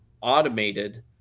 automated